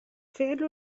فعل